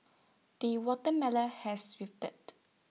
the watermelon has ripened